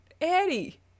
Eddie